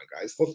guys